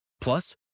Plus